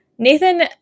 Nathan